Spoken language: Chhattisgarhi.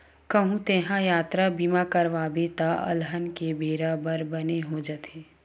कहूँ तेंहा यातरा बीमा करवाबे त अलहन के बेरा बर बने हो जाथे